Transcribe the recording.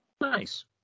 Nice